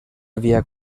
havia